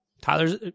Tyler's